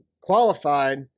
qualified